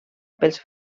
pels